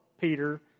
Peter